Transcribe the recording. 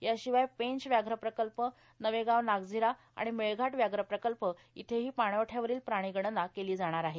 याशिवाय पेंच व्याघ्र प्रकल्प नवेगाव नागझीरा आणि मेळघाट व्याघ्र प्रकल्प इथेही पाणवठयावरील प्राणी गणना केली जाणार आहे